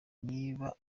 niba